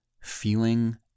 feeling